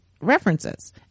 references